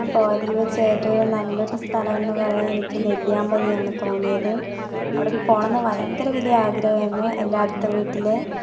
ഞാൻ പോയതിൽ വച്ച് ഏറ്റവും നല്ലൊരു സ്ഥലം എന്ന് പറയാൻ എനിക്ക് നെല്ലിയാമ്പതിയാണ് തോന്നിയത് അവിടേക്ക് പോകണമെന്ന് ഭയങ്കര വലിയ ആഗ്രഹമായിരുന്നു എൻ്റെ അടുത്ത വീട്ടിലെ